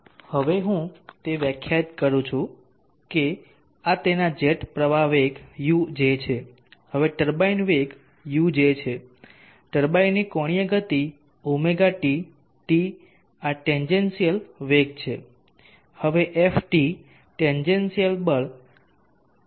હવે હું તે વ્યાખ્યાયિત કરું છું કે આ તેના જેટ પ્રવાહ વેગ uj છે હવે ટર્બાઇન વેગ uj છે ટર્બાઇનની કોણીય ગતિ ωtt આ ટેન્જેન્શીયલ વેગ છે